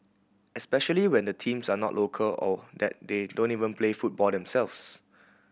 especially when the teams are not local or that they don't even play football themselves